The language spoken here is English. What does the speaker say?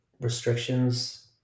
restrictions